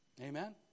Amen